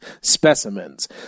specimens